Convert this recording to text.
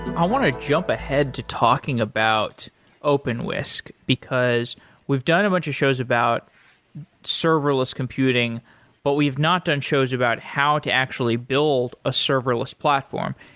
i want to jump ahead to talking about openwhisk because we've done a bunch of shows about serverless computing but we've not done shows about how to actually build a serverless platform.